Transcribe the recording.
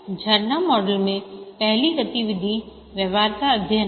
झरना मॉडल में पहली गतिविधि व्यवहार्यता अध्ययन है